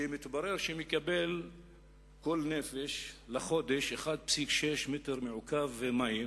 שמתברר שכל נפש בו מקבלת לחודש 1.6 מטר מעוקב מים,